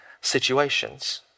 situations